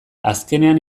azkenean